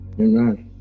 Amen